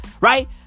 Right